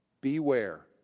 Beware